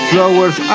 Flowers